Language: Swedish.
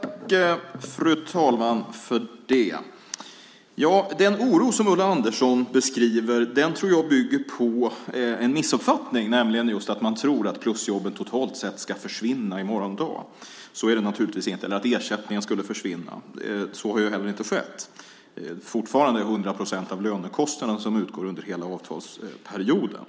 Fru talman! Den oro som Ulla Andersson beskriver tror jag bygger på en missuppfattning, nämligen att man tror att plusjobben totalt sett ska försvinna i morgon dag, eller att ersättningen ska försvinna. Så är det naturligtvis inte. Så har heller inte skett. Fortfarande utgår hundra procent av lönekostnaden under hela avtalsperioden.